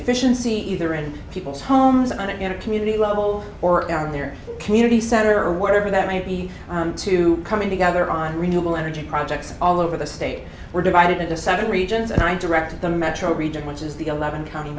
efficiency either in people's homes on it in a community level or their community center or whatever that may be to coming together on renewable energy projects all over the state we're divided into seven regions i directed the metro region which is the eleven county